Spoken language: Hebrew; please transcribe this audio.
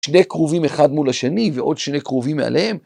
שני קרובים אחד מול השני ועוד שני קרובים מעליהם.